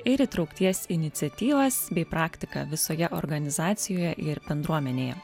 ir įtraukties iniciatyvas bei praktiką visoje organizacijoje ir bendruomenėje